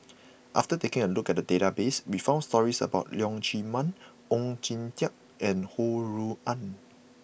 after taking a look at the database we found stories about Leong Chee Mun Oon Jin Teik and Ho Rui An